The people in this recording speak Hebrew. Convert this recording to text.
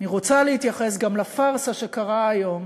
אני רוצה להתייחס גם לפארסה שקרתה היום